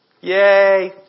Yay